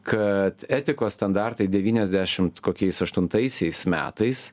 kad etikos standartai devyniasdešimt kokiais aštuntaisiais metais